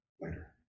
later